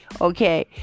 Okay